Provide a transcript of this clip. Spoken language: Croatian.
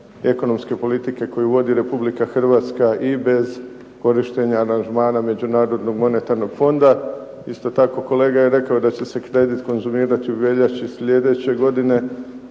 ekonomske politike koju vodi Republika Hrvatska i bez korištenja aranžmana Međunarodnog monetarnog fonda. Isto tako, kolega je rekao da će se kredit konzumirati u veljači sljedeće godine.